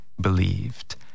believed